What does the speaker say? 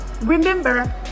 remember